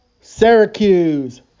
Syracuse